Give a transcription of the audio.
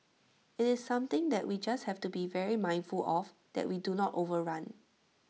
IT is something that we just have to be very mindful of that we do not overrun